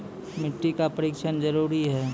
मिट्टी का परिक्षण जरुरी है?